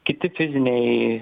kiti fiziniai